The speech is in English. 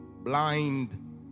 blind